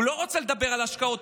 הוא לא רוצה לדבר על השקעות,